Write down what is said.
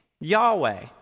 Yahweh